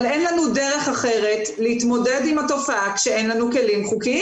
אבל אין לנו דרך אחרת להתמודד עם התופעה כשאין לנו כלים חוקיים.